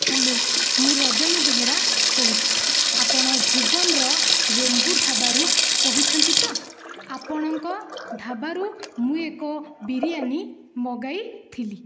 hello ମୁଁ ରଜନୀ ବେହେରା କହୁଛି ଆପଣ ଭୁବନର ରେନ୍ବୋ ଢାବାରୁ କହୁଛନ୍ତି ତ ଆପଣଙ୍କ ଢାବାରୁ ମୁଁ ଏକ ବିରିୟାନୀ ମଗାଇଥିଲି